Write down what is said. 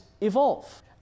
evolve